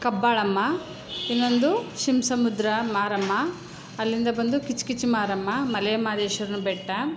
ಕಬ್ಬಾಳಮ್ಮ ಇನ್ನೊಂದು ಶಿವ ಸಮುದ್ರ ಮಾರಮ್ಮ ಅಲ್ಲಿಂದ ಬಂದು ಕಿಚ್ಕಿಚ್ಚು ಮಾರಮ್ಮ ಮಲೆ ಮಹದೇಶ್ವರನ ಬೆಟ್ಟ